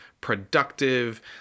productive